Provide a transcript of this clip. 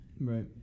Right